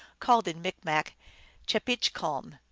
called in micmac chepichcalm.